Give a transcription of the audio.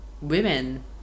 women